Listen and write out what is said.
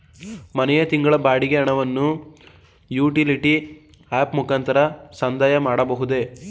ಮನೆಯ ತಿಂಗಳ ಬಾಡಿಗೆ ಹಣವನ್ನು ಯುಟಿಲಿಟಿ ಆಪ್ ಮುಖಾಂತರ ಸಂದಾಯ ಮಾಡಬಹುದೇ?